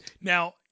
now